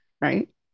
right